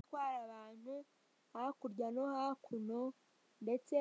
Itwara abantu hakurya no hakuno ndetse